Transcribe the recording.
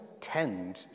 tend